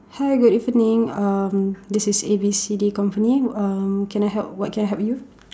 hi good evening um this is A B C D company um can I help what can I help you